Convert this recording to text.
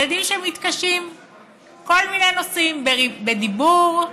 ילדים שמתקשים בכל מיני נושאים: בדיבור,